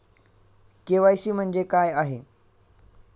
KYC म्हणजे काय आहे?